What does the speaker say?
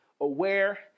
aware